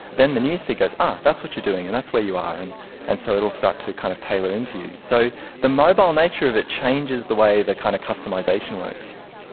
then the newsfeed goes, ah, that's what you're doing and that's where you are', and and so it will start to kind of tailor into you. so the mobile nature of it changes the way the kind of customisation works.